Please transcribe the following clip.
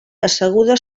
asseguda